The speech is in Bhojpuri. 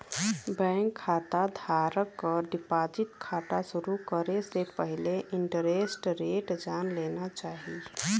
बैंक खाता धारक क डिपाजिट खाता शुरू करे से पहिले इंटरेस्ट रेट जान लेना चाही